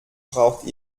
braucht